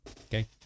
Okay